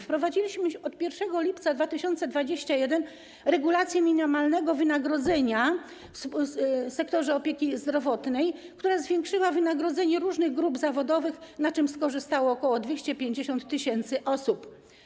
Wprowadziliśmy od 1 lipca 2021 regulację minimalnego wynagrodzenia w sektorze opieki zdrowotnej, która zwiększyła wynagrodzenie różnych grup zawodowych, na czym skorzystało ok. 250 tys. osób.